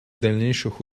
дальнейших